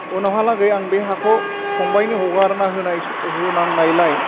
उनावहालागै आं बे हाखौ फंबायनो हगारना होनाय होनांनायलाय